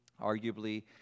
Arguably